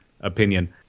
opinion